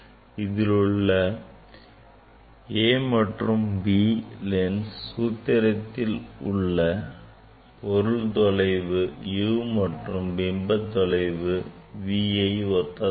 இதிலுள்ள a மற்றும் b lens சூத்திரத்தில் உள்ள பொருள் தொலைவு u மற்றும் பிம்பத் தொலைவு vஐ ஒத்ததாகும்